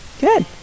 Good